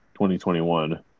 2021